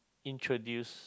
introduce